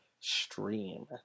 stream